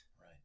right